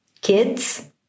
kids